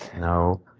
no.